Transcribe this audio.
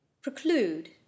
preclude